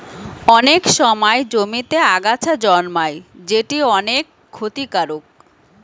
অনেক সময় জমিতে আগাছা জন্মায় যেটি অনেক ক্ষতিকারক